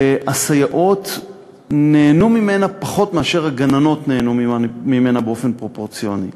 הסייעות נהנו ממנה פחות מאשר הגננות באופן פרופורציוני.